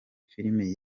filimi